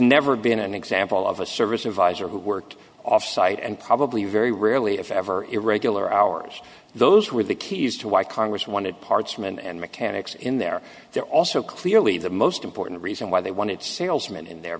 never been an example of a service advisor who worked offsite and probably very rarely if ever irregular hours those were the keys to why congress wanted parts from and mechanics in there they're also clearly the most important reason why they wanted salesman in there